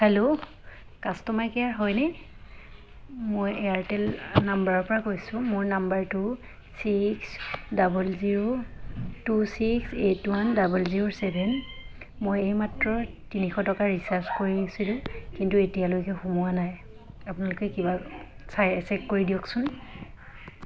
hello customer care হয়নে মই Airtel নাম্বাৰৰ পৰা কৈছোঁ মোৰ নাম্বাৰটো six double zero two six eight one double zero seven মই এই মাত্ৰ তিনিশ টকা ৰিচাৰ্জ কৰিছিলোঁ কিন্তু এতিয়ালৈকে সোমোৱা নাই আপোনালোকে কিবা চাই চেক কৰি দিয়কচোন